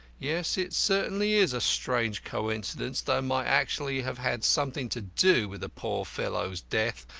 yes, it certainly is a strange coincidence that i might actually have had something to do with the poor fellow's death,